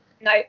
no